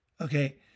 okay